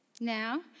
Now